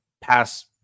pass